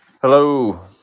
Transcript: Hello